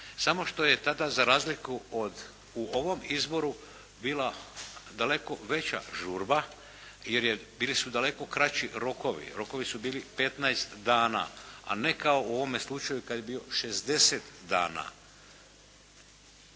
samo što je tada, za razliku od u ovom izboru bila daleko veća žurba jer je, bili su daleko kraći rokovi. Rokovi su bili 15 dana, a ne kao u ovome slučaju kad je bio 60 dana.